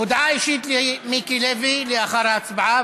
הודעה אישית למיקי לוי לאחר ההצבעה.